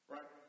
Right